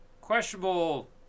questionable